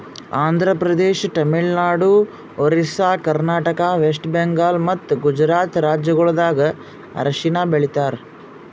Andhra Pradesh, Tamil Nadu, Orissa, Karnataka, West Bengal ಮತ್ತ ಗುಜರಾತ್ ರಾಜ್ಯಗೊಳ್ದಾಗ್ ಅರಿಶಿನ ಬೆಳಿತಾರ್